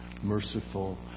merciful